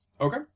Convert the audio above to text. Okay